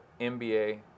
NBA